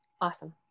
Awesome